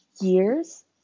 years